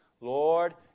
Lord